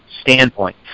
standpoint